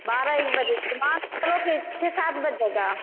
बारह एक बजे छः सात बज जाएगा